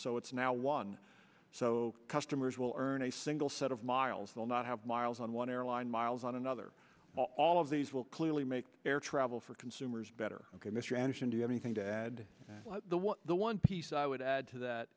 so it's now one so customers will earn a single set of miles they'll not have miles on one airline miles on another all of these will clearly make air travel for consumers better ok mr anderson do anything to add the one piece i would add to that